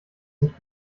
nicht